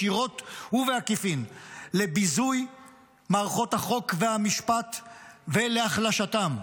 ישירות ובעקיפין לביזוי מערכות החוק והמשפט והחלשתם.